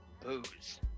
booze